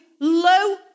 low